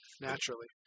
naturally